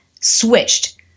switched